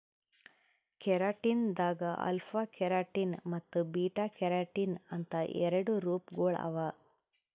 keratin ದಾಗ್ alpha keratin ಮತ್ತ್ beta keratin ಅಂತ್ ಎರಡು ರೂಪಗೊಳ್ ಅವಾ